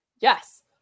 yes